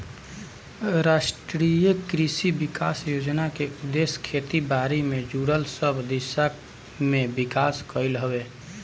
राष्ट्रीय कृषि विकास योजना के उद्देश्य खेती बारी से जुड़ल सब दिशा में विकास कईल हवे